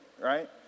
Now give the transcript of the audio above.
right